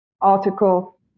article